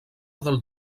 del